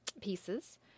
pieces